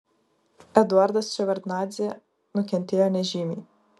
eduardas ševardnadzė nukentėjo nežymiai